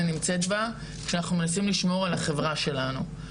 נמצא בה שאנחנו מנסים לשמור על החברה שלנו.